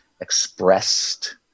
expressed